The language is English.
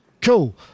Cool